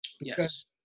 yes